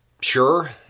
sure